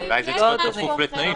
אולי זה צריך להיות כפוף לתנאים.